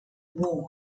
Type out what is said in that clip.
war